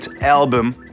album